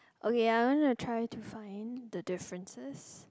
okay I wanted to try to find the differences